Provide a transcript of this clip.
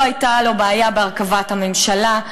לא הייתה לו בעיה בהרכבת הממשלה,